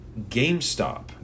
GameStop